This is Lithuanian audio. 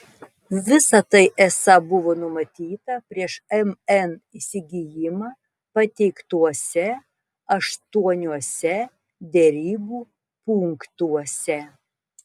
visa tai esą buvo numatyta prieš mn įsigijimą pateiktuose aštuoniuose derybų punktuose